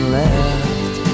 left